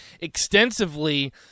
extensively